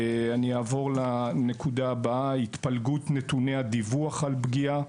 אני אעבור לנקודה הבאה: התפלגות נתוני הדיווח על פגיעה.